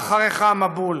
ואחריך המבול,